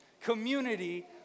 Community